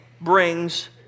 brings